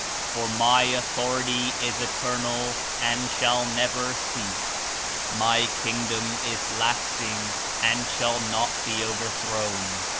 for my authority is eternal and shall never cease my kingdom is lasting and shall not be overt hroziu.